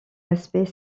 aspect